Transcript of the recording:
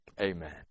Amen